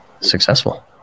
successful